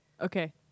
Okay